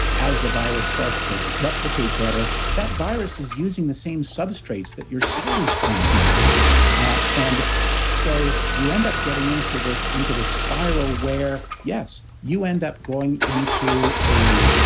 as the virus starts to replicate better, that virus is using the same substrates that your cell is trying to use and so, you end up getting into this into this spiral, where, yes, you end up going into a